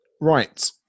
Right